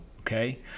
okay